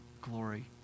glory